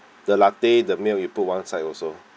the latte the milk you put one side also